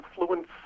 influence